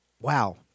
wow